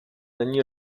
není